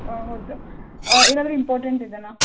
ಹಾಂ ಹೌದು ಏನಾದರು ಇಂಪಾರ್ಟೆಂಟ್ ಇದೆಯಾ